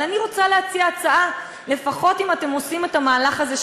אבל אני רוצה להציע הצעה: לפחות אם אתם עושים את המהלך הזה,